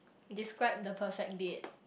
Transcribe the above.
describe the perfect date